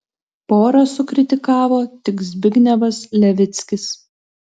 porą sukritikavo tik zbignevas levickis